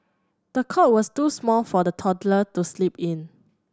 the cot was too small for the toddler to sleep in